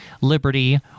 liberty